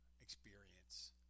experience